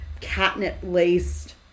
catnip-laced